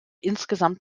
insgesamt